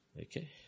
Okay